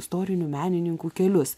istorinių menininkų kelius